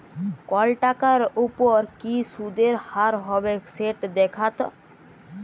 call টাকার উপর কি সুদের হার হবেক সেট দ্যাখাত